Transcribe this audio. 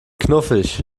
knuffig